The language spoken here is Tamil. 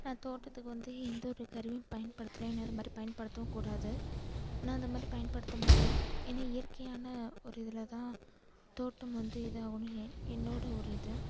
நான் தோட்டத்துக்கு வந்து எந்த ஒரு கருவியும் பயன்படுத்தல ஏன்னா அதை மாதிரி பயன்படுத்தவும் கூடாது நான் அந்தமாதிரி பயன்படுத்த மாட்டேன் ஏன்னா இயற்கையான ஒரு இதில் தான் தோட்டம் வந்து இது ஆகுன்னு எ என்னோட ஒரு இது